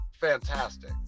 fantastic